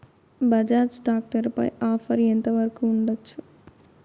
Bajaj tractor పై offer ఎంత వరకు ఉండచ్చు?